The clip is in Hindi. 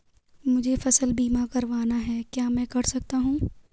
मुझे फसल बीमा करवाना है क्या मैं कर सकता हूँ?